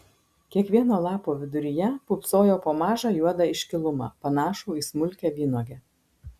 kiekvieno lapo viduryje pūpsojo po mažą juodą iškilumą panašų į smulkią vynuogę